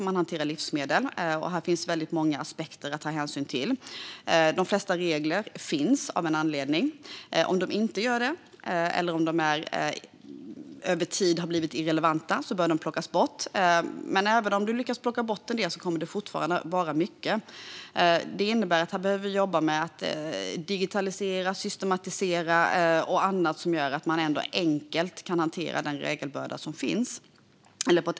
Man hanterar livsmedel, och det finns väldigt många aspekter att ta hänsyn till. De flesta regler finns av en anledning. Om de inte gör det eller om de med tiden har blivit irrelevanta bör de plockas bort. Men även om man lyckas plocka bort en del kommer det fortfarande att vara mycket. Det innebär att vi behöver jobba med digitalisering, systematisering och annat som gör att man på ett enklare sätt kan hantera den regelbörda som finns.